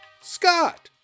scott